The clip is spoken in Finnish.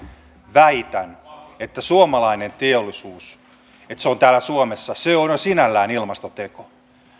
väitän että se että suomalainen teollisuus on täällä suomessa on jo sinällään ilmastoteko